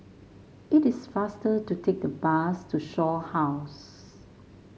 it is faster to take the bus to Shaw House